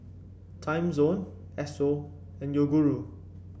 Timezone Esso and Yoguru